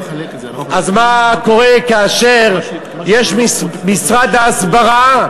אז מה קורה כאשר יש משרד ההסברה,